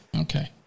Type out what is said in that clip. Okay